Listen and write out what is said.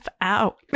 out